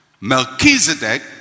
Melchizedek